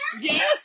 Yes